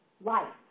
Life